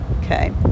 Okay